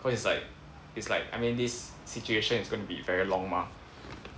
cause it's like it's like I mean this situation is going to be very long mah